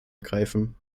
ergreifen